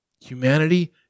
Humanity